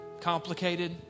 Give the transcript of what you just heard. complicated